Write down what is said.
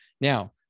Now